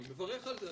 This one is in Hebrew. אני מברך על זה,